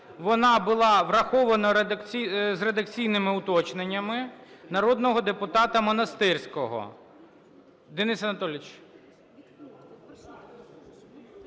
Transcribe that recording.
вона була врахована з редакційними уточненнями народного депутата Монастирського. Денис Анатолійович.